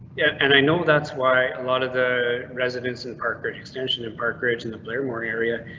yeah, and i know that's why a lot of the residents in park ridge extension in park ridge and the blairmore area.